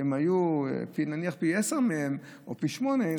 שהיו פי עשרה מהם או פי שמונה,